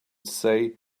say